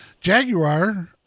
Jaguar